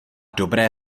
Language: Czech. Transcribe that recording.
dobré